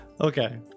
Okay